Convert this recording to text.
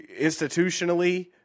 institutionally